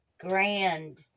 Grand